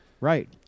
right